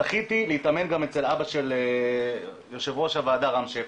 זכיתי להתאמן גם אצל אבא של יו"ר הוועדה רם שפע.